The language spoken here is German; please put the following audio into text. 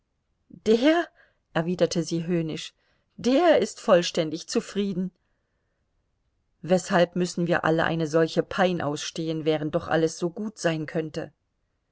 der erwiderte sie höhnisch der ist vollständig zufrieden weshalb müssen wir alle eine solche pein ausstehen während doch alles so gut sein könnte